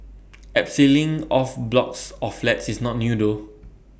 abseiling off blocks of flats is not new though